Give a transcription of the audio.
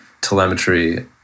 telemetry